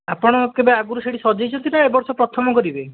ଆପଣ କେବେ ଆଗରୁ ସେଇଠି ସଜେଇଛନ୍ତି ନା ଏ ବର୍ଷ ପ୍ରଥମ କରିବେ